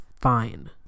Fine